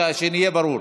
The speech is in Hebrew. שזה יהיה ברור.